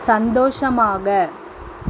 சந்தோஷமாக